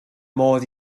modd